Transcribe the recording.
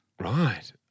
Right